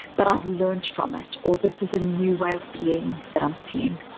but i've learned from it, or this is a new way of being that i'm seeing.